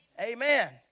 Amen